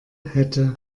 hätte